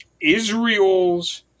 Israel's